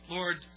Lord